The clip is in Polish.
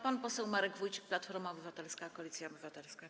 Pan poseł Marek Wójcik, Platforma Obywatelska - Koalicja Obywatelska.